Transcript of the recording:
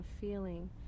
feeling